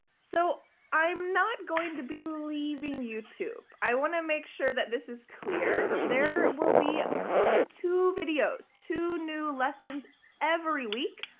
so i'm not going to be leaving youtube. i want to make sure that this is clear. there will be two videos, two new lessons every week,